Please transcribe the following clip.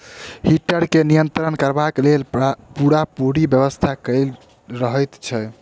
heater के नियंत्रण करबाक लेल पूरापूरी व्यवस्था कयल रहैत छै